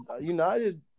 United –